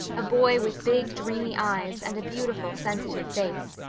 a boy with big, dreamy eyes and a beautiful, sensitive face.